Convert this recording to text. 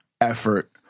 effort